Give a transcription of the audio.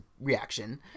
reaction